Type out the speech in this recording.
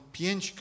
pięć